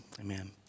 Amen